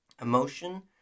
emotion